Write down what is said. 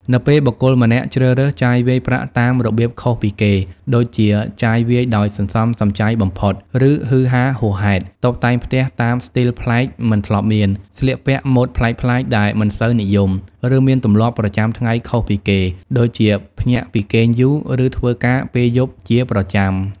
នៅពេលបុគ្គលម្នាក់ជ្រើសរើស ចាយវាយប្រាក់តាមរបៀបខុសពីគេ ដូចជាចាយវាយដោយសន្សំសំចៃបំផុត ឬហ៊ឺហាហួសហេតុ, តុបតែងផ្ទះតាមស្ទីលប្លែកមិនធ្លាប់មាន, ស្លៀកពាក់ម៉ូដប្លែកៗដែលមិនសូវនិយម, ឬមានទម្លាប់ប្រចាំថ្ងៃខុសពីគេ ដូចជាភ្ញាក់ពីគេងយូរ ឬធ្វើការពេលយប់ជាប្រចាំ។